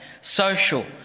social